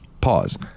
pause